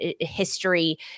history